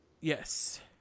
Yes